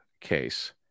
case